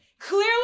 Clearly